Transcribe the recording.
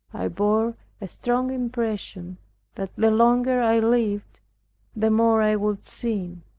i bore a strong impression that the longer i lived the more i would sin.